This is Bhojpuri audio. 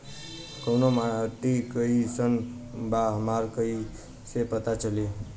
कोउन माटी कई सन बा हमरा कई से पता चली?